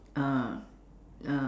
uh uh